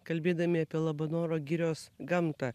kalbėdami apie labanoro girios gamtą